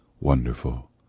wonderful